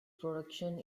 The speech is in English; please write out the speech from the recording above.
production